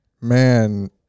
Man